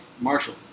Marshall